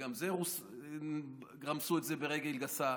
וגם את זה רמסו ברגל גסה.